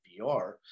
VR